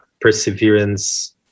perseverance